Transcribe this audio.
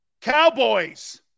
Cowboys